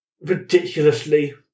ridiculously